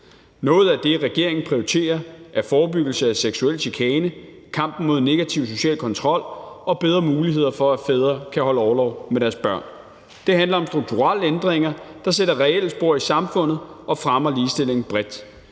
Noget af det, regeringen prioriterer, er forebyggelse af seksuel chikane, kampen mod negativ social kontrol og bedre muligheder for, at fædre kan holde orlov med deres børn. Det handler om strukturelle ændringer, der sætter reelle spor i samfundet og fremmer ligestillingen bredt.